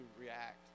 react